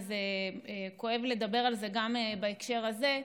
זה כואב לדבר על זה גם בהקשר הזה,